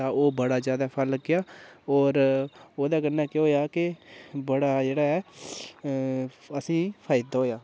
ओह् बड़ा जादै फल लग्गेआ ते ओह्दे कन्नै केह् होया की बड़ा जेह्ड़ा ऐ असें ई फायदा होया